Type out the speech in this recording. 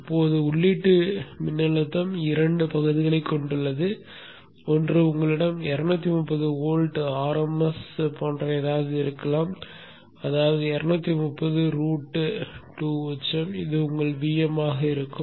இப்போது உள்ளீட்டு மின்னழுத்தம் இரண்டு பகுதிகளைக் கொண்டுள்ளது ஒன்று உங்களிடம் 230 வோல்ட் RMS போன்ற ஏதாவது இருக்கலாம் அதாவது 230 ரூட் 2 உச்சம் இது உங்கள் Vm ஆக இருக்கும்